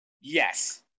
yes